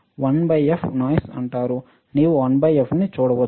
నీవు 1fనీ చూడవచ్చు